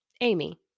Amy